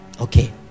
Okay